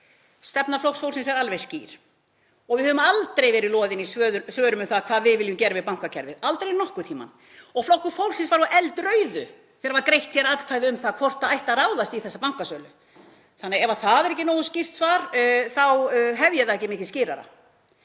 Stefna Flokks fólksins er alveg skýr. Við höfum aldrei verið loðin í svörum um það hvað við viljum gera við bankakerfið, aldrei nokkurn tímann. Flokkur fólksins var á eldrauðu þegar atkvæði voru greidd um það hvort ráðast ætti í þessa bankasölu. Ef það er ekki nógu skýrt svar þá hef ég það ekki mikið skýrara.